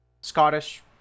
Scottish